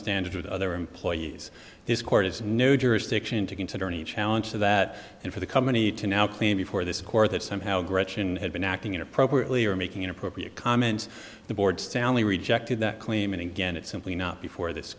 standard with other employees this court has no jurisdiction to consider any challenge to that and for the company to now claim before this court that somehow gretchen had been acting inappropriately or making inappropriate comments the board soundly rejected that claim and again it's simply not before this